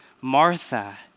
Martha